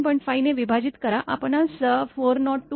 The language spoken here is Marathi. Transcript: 5 ने विभाजित करा आपणास 402